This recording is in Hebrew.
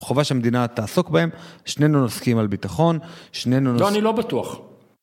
חובה שהמדינה תעסוק בהם, שנינו נסכים על ביטחון, שנינו נס... לא, אני לא בטוח.